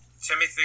Timothy